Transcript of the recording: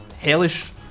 hellish